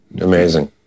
Amazing